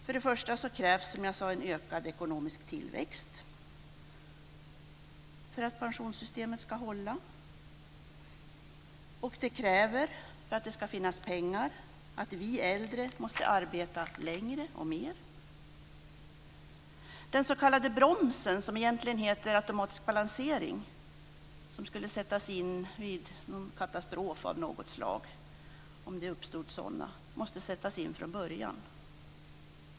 Först och främst krävs som sagt en ökad ekonomisk tillväxt för att pensionssystemet ska hålla. För att det ska finnas pengar krävs också att vi äldre måste arbeta längre och mer. Den s.k. bromsen, som egentligen heter automatisk balansering och som skulle sättas in vid katastrof av något slag om sådana uppstod, måste sättas in från början.